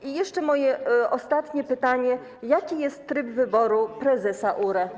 I jeszcze moje ostatnie pytanie: Jaki jest tryb wyboru prezesa URE?